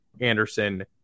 Anderson